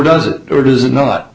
does it or does it kno